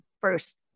first